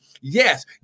yes